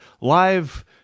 live